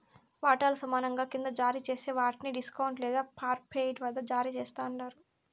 వాటాలు సమానంగా కింద జారీ జేస్తే వాట్ని డిస్కౌంట్ లేదా పార్ట్పెయిడ్ వద్ద జారీ చేస్తండారు